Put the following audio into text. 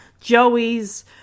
Joey's